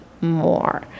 more